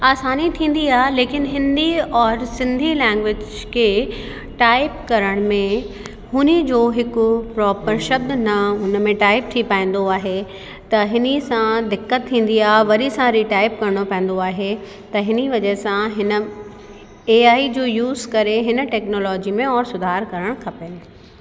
आसानी थींदी आहे लेकिन हिंदी और सिंधी लैंगुएज टाइप करण में हुन जी हिकु प्रॉपर शब्द न उन में टाइप थी पाईंदो आहे त हिन सां दिक़त थींदी आहे वरी सां रीटाइप करिणो पवंदो आहे त हिनी वजह सां हिन ए आई जो यूस करे हिन टैक्नोलॉजी में और सुधार करणु खपे